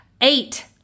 Eight